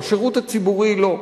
השירות הציבורי לא.